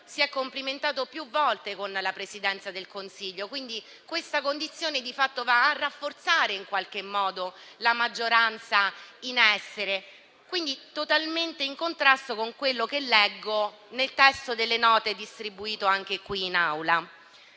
si è complimentato più volte con la Presidenza del Consiglio. Questa condizione di fatto va a rafforzare la maggioranza in essere, totalmente in contrasto con quanto leggo nel testo delle note distribuito in Aula.